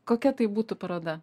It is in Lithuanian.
kokia tai būtų paroda